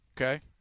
Okay